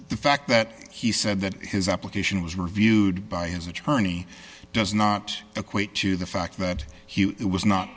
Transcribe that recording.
the fact that he said that his application was reviewed by his attorney does not equate to the fact that it was not